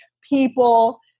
people